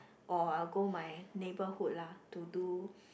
or I will go my neighborhood lah to do